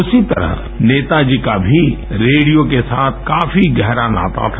उसी तरह नेताजी का भी रेडियो के साथ काफी गहरा नाता था